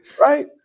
Right